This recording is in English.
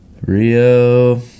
Rio